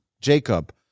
Jacob